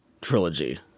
trilogy